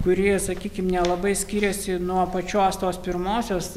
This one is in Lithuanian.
kuri sakykim nelabai skiriasi nuo pačios tos pirmosios